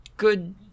good